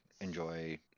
enjoy